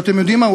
ואתם יודעים מה?